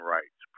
Rights